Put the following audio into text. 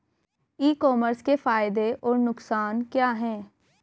ई commerce के फायदे और नुकसान क्या हैं?